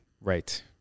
Right